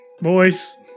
boys